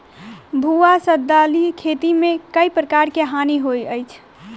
भुआ सँ दालि खेती मे केँ प्रकार केँ हानि होइ अछि?